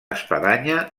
espadanya